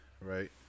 Right